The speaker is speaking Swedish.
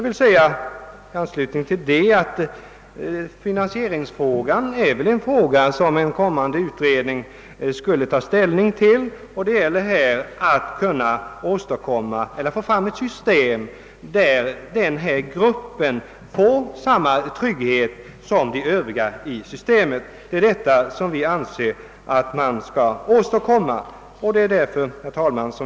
Finansieringsfrågan är ju just en sådan fråga som en kommande utredning skulle ta ställning till. Det gäller att få fram ett system som ger denna grupp samma trygghet som övriga sjukpenningförsäkrade. Herr talman!